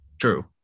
True